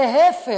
להפך,